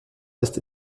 ist